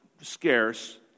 scarce